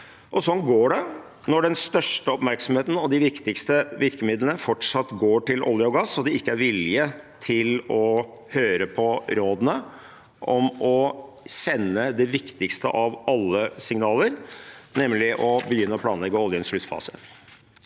Sånn går det når den største oppmerksomheten og de viktigste virkemidlene fortsatt går til olje og gass, og det ikke er vilje til å høre på rådene om å sende det viktigste av alle signaler, nemlig å begynne å planlegge oljens sluttfase.